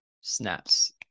Snaps